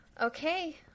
Okay